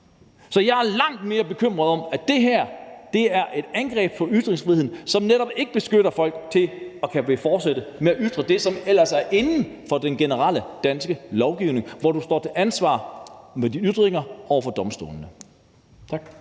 Så jeg er langt mere bekymret for, at det her er et angreb på ytringsfriheden, som netop ikke beskytter folk, så de kan fortsætte med at ytre det, som ellers er inden for rammerne af den generelle danske lovgivning, hvor du står til ansvar for dine ytringer over for domstolene. Tak.